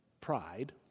pride